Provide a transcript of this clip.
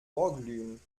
vorglühen